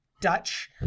Dutch